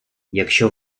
якщо